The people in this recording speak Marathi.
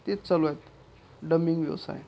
तेच चालू आहेत डमिंग व्यवसाय